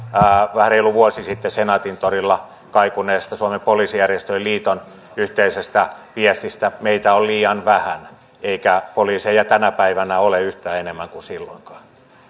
vähän reilu vuosi sitten senaatintorilla kaikuneesta suomen poliisijärjestöjen liiton yhteisestä viestistä meitä on liian vähän eikä poliiseja tänä päivänä ole yhtään enemmän kuin silloinkaan